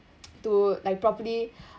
to like properly